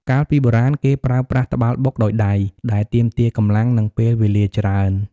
កាលពីបុរាណ គេប្រើប្រាស់ ត្បាល់បុក ដោយដៃ ដែលទាមទារកម្លាំង និងពេលវេលាច្រើន។